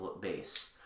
base